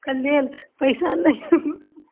के लेल पैसा नहि